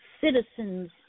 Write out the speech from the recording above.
citizens